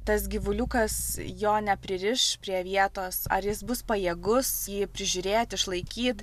tas gyvuliukas jo nepririš prie vietos ar jis bus pajėgus jį prižiūrėt išlaikyt